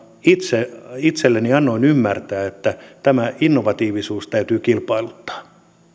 itse itselleni annoin ymmärtää että tämä innovatiivisuus täytyy kilpailuttaa